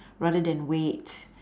rather than wait